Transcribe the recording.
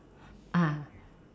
ah